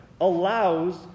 allows